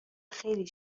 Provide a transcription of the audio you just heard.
خیلی